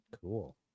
Cool